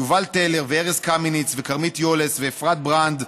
יובל טלר וארז קמיניץ וכרמית יוליס ואפרת ברנד,